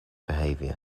behavior